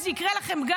זה יקרה גם לכם.